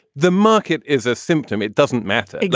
the market is a symptom. it doesn't matter.